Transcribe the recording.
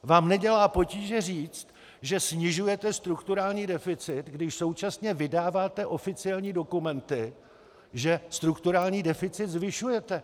Vám nedělá potíže říct, že snižujete strukturální deficit, když současně vydáváte oficiální dokumenty, že strukturální deficit zvyšujete.